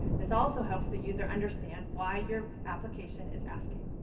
this also helps the user understand why your application is asking.